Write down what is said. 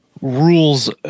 rules